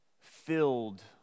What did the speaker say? filled